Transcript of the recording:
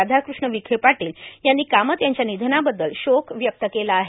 राधाकृष्ण विखे पाटील यांनी कामत यांच्या निधनाबद्दल शोक व्यक्त केला आहे